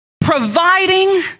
providing